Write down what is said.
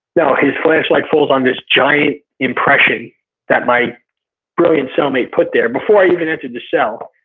no his flashlight falls on this giant impression that my brilliant cellmate put there before i even entered the cell.